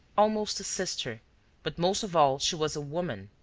almost a sister but most of all she was a woman,